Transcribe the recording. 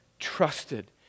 trusted